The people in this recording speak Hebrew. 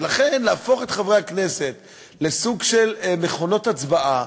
ולכן, להפוך את חברי הכנסת לסוג של מכונות הצבעה,